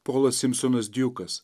polas simsonas djukas